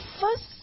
first